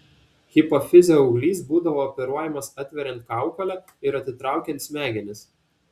hipofizio auglys būdavo operuojamas atveriant kaukolę ir atitraukiant smegenis